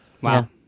Wow